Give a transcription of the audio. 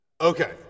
Okay